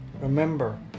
Remember